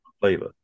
flavor